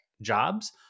jobs